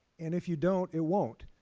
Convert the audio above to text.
and if you don't, it won't.